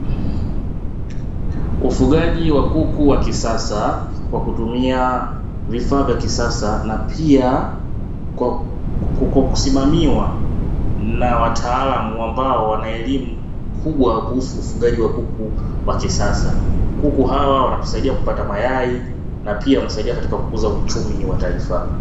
Ufugaji wa kuku wa kisasa, kwa kutumia vifaa vya kisasa. Pia Kwa kusimamiwa na wataalamu ambao wana elimu kubwa kuhusu ufugaji wa kuku wa kisasa. Kuku hawa wanakusaidia kupata mayai na pia wanatusaidia kukuza uchumi wa taifa.